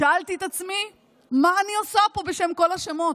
ושאלתי את עצמי מה אני עושה פה, בשם כל השמות.